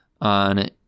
on